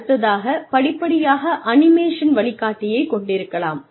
அடுத்ததாக படிப்படியாக அனிமேஷன் வழிகாட்டியைக் கொண்டிருக்கலாம்